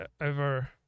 over